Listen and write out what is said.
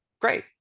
Great